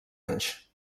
anys